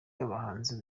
bahanzi